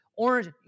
orange